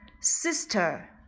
Sister